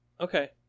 Okay